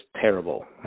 terrible